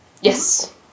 Yes